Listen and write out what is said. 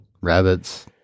Rabbits